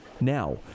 now